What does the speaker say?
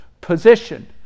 position